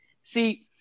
See